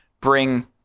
bring